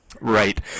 Right